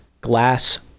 glass